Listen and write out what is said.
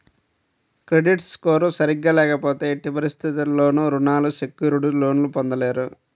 credit score సరిగ్గా లేకపోతే ఎట్టి పరిస్థితుల్లోనూ రుణాలు సెక్యూర్డ్ లోన్లు పొందలేరు